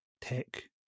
tech